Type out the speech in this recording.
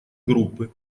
группы